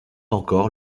encore